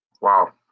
Wow